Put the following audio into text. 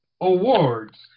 Awards